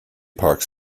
parks